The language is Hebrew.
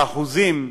באחוזים,